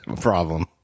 problem